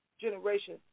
generation